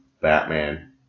Batman